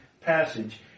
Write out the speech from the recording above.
passage